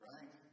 Right